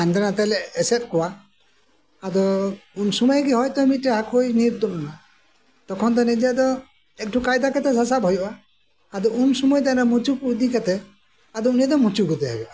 ᱦᱟᱱᱛᱮ ᱱᱟᱛᱮ ᱞᱮ ᱮᱥᱮᱫ ᱠᱚᱣᱟ ᱟᱫᱚ ᱩᱱᱥᱳᱢᱚᱭᱮ ᱜᱮ ᱢᱤᱫᱴᱮᱡ ᱦᱟᱹᱠᱩᱭ ᱧᱤᱨ ᱛᱩᱫ ᱮᱱᱟ ᱛᱚᱠᱷᱚᱱ ᱫᱚ ᱱᱤᱡᱮ ᱫᱚ ᱮᱠᱴᱩ ᱠᱟᱭᱫᱟ ᱠᱟᱛᱮ ᱥᱟᱥᱟᱵ ᱦᱩᱭᱩᱜᱼᱟ ᱟᱫᱚ ᱩᱱ ᱥᱳᱢᱚᱭ ᱫᱚ ᱮᱱᱮ ᱢᱩᱪᱩ ᱠᱚ ᱤᱫᱤ ᱠᱟᱛᱮ ᱟᱫᱚ ᱩᱱᱤ ᱫᱚ ᱢᱩᱪᱩ ᱜᱚᱫᱮ ᱦᱩᱭᱩᱜᱼᱟ